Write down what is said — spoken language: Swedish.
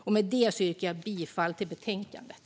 Med det yrkar jag bifall till förslaget.